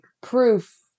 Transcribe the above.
proof